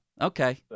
Okay